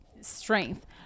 strength